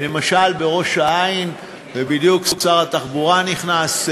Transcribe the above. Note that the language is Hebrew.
למשל בראש-העין, ובדיוק שר התחבורה נכנס,